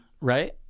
right